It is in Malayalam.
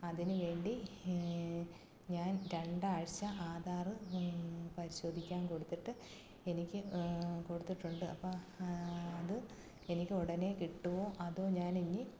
അതിനു വേണ്ടി ഞാൻ രണ്ടാഴ്ച്ച ആധാർ പരിശോധിക്കാൻ കൊടുത്തിട്ട് എനിക്ക് കൊടുത്തിട്ടുണ്ട് അപ്പം അത് എനിക്ക് ഉടനെ കിട്ടുമോ അതോ ഞാൻ ഇനി